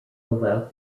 allowed